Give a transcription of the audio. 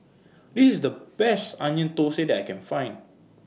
This IS The Best Onion Thosai that I Can Find